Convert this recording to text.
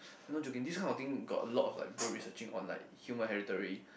I'm not joking this kind of thing got a lot like people researching on like human hereditary